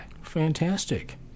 Fantastic